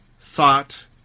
thought